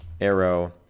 arrow